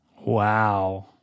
Wow